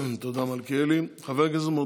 תודה רבה, חבר הכנסת מלכיאלי.